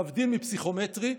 להבדיל מהפסיכומטרי,